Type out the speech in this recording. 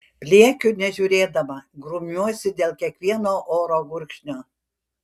pliekiu nežiūrėdama grumiuosi dėl kiekvieno oro gurkšnio